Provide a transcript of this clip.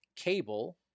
cable